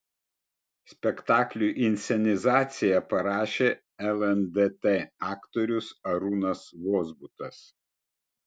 spektakliui inscenizaciją parašė lndt aktorius arūnas vozbutas